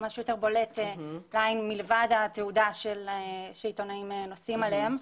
-- משהו יותר בולט לעין מלבד התעודה שעיתונאים נושאים עליהם.